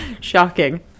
Shocking